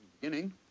beginning